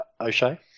O'Shea